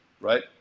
right